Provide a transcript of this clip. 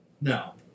No